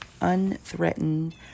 unthreatened